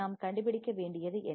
நாம் கண்டுபிடிக்க வேண்டியது என்ன